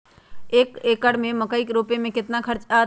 एक एकर में मकई रोपे में कितना खर्च अतै?